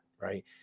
right